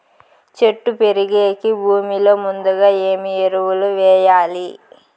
చెట్టు పెరిగేకి భూమిలో ముందుగా ఏమి ఎరువులు వేయాలి?